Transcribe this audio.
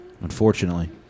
unfortunately